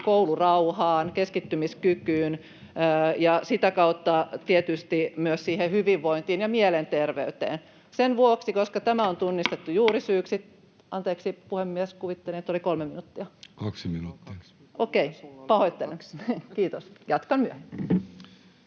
koulurauhaan, keskittymiskykyyn, niin sitä kautta tietysti myös hyvinvointiin ja mielenter-veyteen. Sen vuoksi, koska tämä on tunnistettu juurisyyksi... — Anteeksi, puhemies! Kuvittelin, että oli kolme minuuttia. Okei, pahoittelen. — Kiitos. Jatkan myöhemmin.